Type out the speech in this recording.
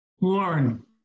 Lauren